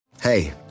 Hey